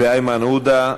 ואיימן עודה.